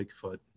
Bigfoot